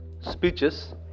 speeches